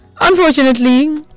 unfortunately